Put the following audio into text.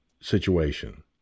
situation